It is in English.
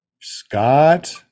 Scott